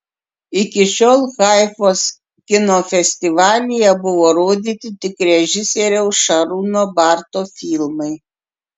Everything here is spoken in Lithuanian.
iki šiol haifos kino festivalyje buvo rodyti tik režisieriaus šarūno barto filmai